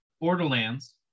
Borderlands